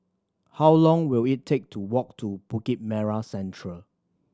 how long will it take to walk to Bukit Merah Central